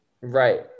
Right